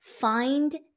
find